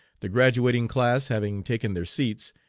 the graduating class having taken their seats,